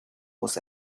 was